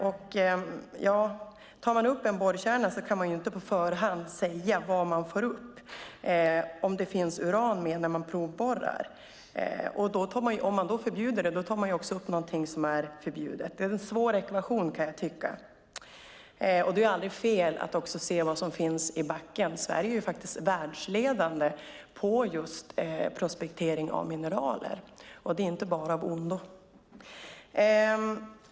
Om man tar upp en borrkärna kan man inte på förhand säga vad man får upp och om det finns uran med när man provborrar. Om man förbjuder det tar man också upp någonting som är förbjudet. Det är en svår ekvation. Det är aldrig fel att se vad som finns i backen. Sverige är världsledande på just prospektering av mineraler. Det är inte bara av ondo.